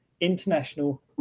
international